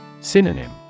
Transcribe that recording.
Synonym